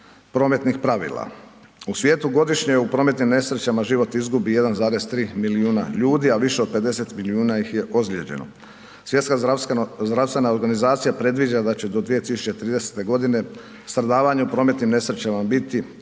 prometnih pravila. U svijetu godišnje u prometnim nesrećama život izgubi 1,3 milijuna ljudi, a više od 50 milijuna ih je ozlijeđeno. Svjetska zdravstvena organizacija predviđa da će do 2030. godine stradavanje u prometnim nesrećama biti